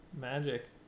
magic